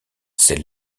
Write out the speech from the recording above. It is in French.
ses